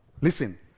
Listen